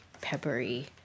peppery